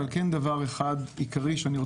אבל אני רוצה לדבר על דבר אחד עיקרי שקשור